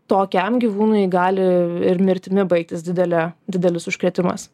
tokiam gyvūnui gali ir mirtimi baigtis didele didelis užkrėtimas